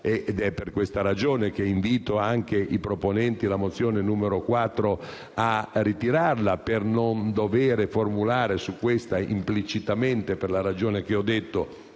È per questa ragione che invito anche i proponenti della proposta di risoluzione n. 4 a ritirarla per non dover formulare su questa implicitamente, per la ragione che ho detto,